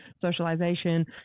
socialization